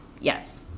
yes